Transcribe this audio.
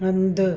हंधु